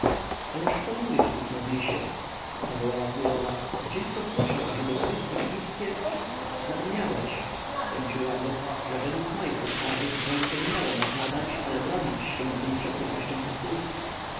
ależ co mówisz tutmozisie zawołała królowa gdzie kto słyszał ażeby wojsko egipskie zapomniałeś wtrącił ramzes że według moich rozkazów wojsko nie miało napadać ale bronić świątyń przed napaścią pospólstwa